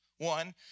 One